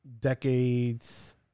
decades